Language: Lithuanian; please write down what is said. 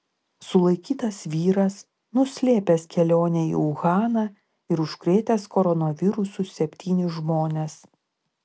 sulaikytas vyras nuslėpęs kelionę į uhaną ir užkrėtęs koronavirusu septynis žmones